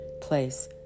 place